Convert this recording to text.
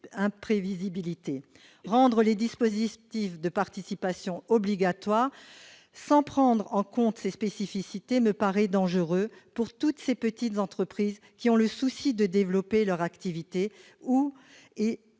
imprévisibles. Rendre le dispositif de participation obligatoire sans prendre en compte ces spécificités me paraît dangereux pour toutes ces petites entreprises qui ont le souci de développer leur activité, et